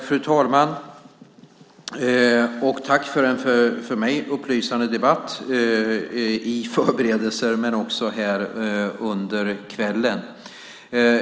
Fru talman! Tack för en för mig upplysande debatt, i förberedelser men också under kvällen!